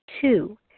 Two